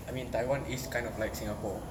I mean taiwan is kind of like singapore